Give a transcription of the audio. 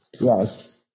yes